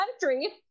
country